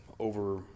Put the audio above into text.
over